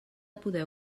poder